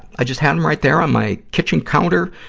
i just have them right there on my kitchen counter,